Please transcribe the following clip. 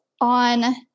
on